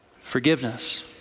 Forgiveness